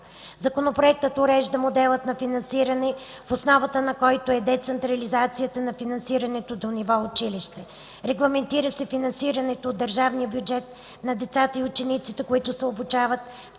Законопроектът урежда модела на финансиране, в основата на който е децентрализацията на финансирането до ниво училище. Регламентира се финансирането от държавния бюджет на децата и учениците, които се обучават в частните